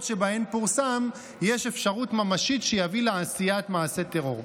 שבהן פורסם יש אפשרות ממשית שיביא לעשיית מעשה טרור.